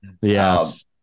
Yes